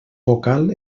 vocal